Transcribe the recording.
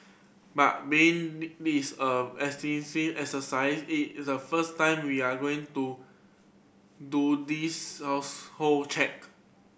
but being this a extensive exercise it's the first time we are going do do this household check